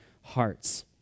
hearts